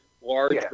large